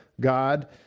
God